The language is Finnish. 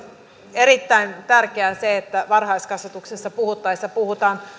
erittäin tärkeää että varhaiskasvatuksesta puhuttaessa puhutaan